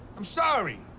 i'm sorry.